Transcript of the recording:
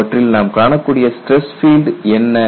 அவற்றில் நாம் காணக்கூடிய ஸ்டிரஸ் பீல்டு என்ன